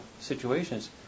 situations